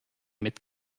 mit